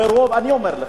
אני אומר לך,